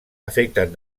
afecten